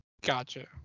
gotcha